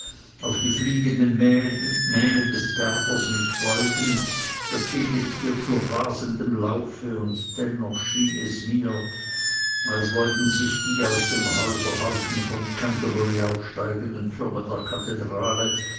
auf die fliegende mähne des berbers mich beugend das edle tier zu rasendem laufe und dennoch schien es mir als wollten sich die aus dem häuserhaufen von canterbury aufsteigenden türme der kathedrale